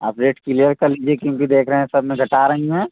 आप rate clear कर लीजिए क्योंकि देख रहें सब में घटा रहीं हैं